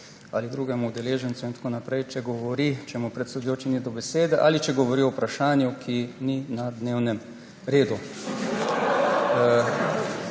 ali drugemu udeležencu in tako naprej, če govori, če mu predsedujoči ni dal besede ali če govori o vprašanju, ki ni na dnevnem redu.